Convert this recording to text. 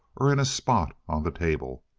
or in a spot on the table.